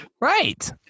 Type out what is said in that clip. Right